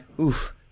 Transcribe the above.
Oof